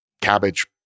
cabbage